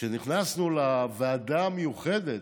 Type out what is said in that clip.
כשנכנסנו לוועדה המיוחדת,